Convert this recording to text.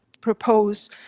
propose